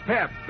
Pep